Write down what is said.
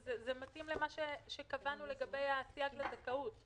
זה מתאים למה שקבענו לגבי הסייג לזכאות.